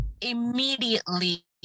immediately